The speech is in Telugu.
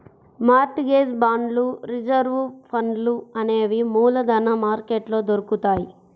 మార్ట్ గేజ్ బాండ్లు రిజర్వు ఫండ్లు అనేవి మూలధన మార్కెట్లో దొరుకుతాయ్